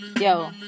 Yo